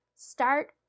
Start